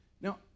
Now